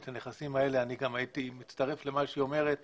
את הנכסים האלה - אני גם הייתי מצטרף לדברים שנאמרו כאן